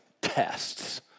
tests